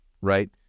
right